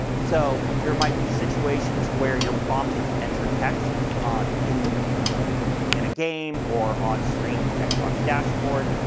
so there might be situations where you're prompted to enter text ah in in a game or on screen in the xbox dashboard.